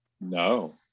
No